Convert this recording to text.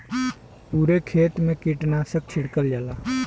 पुरे खेत मे कीटनाशक छिड़कल जाला